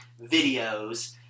videos